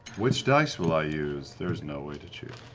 which dice will i use? there's no way to choose.